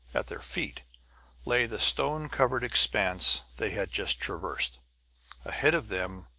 at their feet lay the stone-covered expanse they had just traversed ahead of them